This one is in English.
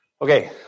Okay